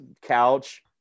couch